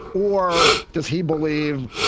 or does he believe?